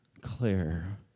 Claire